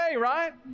right